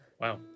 Wow